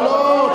לא, לא.